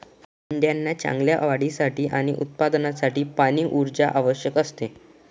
मेंढ्यांना चांगल्या वाढीसाठी आणि उत्पादनासाठी पाणी, ऊर्जा आवश्यक असते